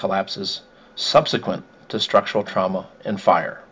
collapses subsequent to structural trauma and fire